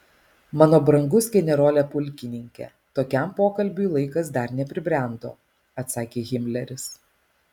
mano brangus generole pulkininke tokiam pokalbiui laikas dar nepribrendo atsakė himleris